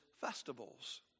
festivals